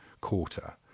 quarter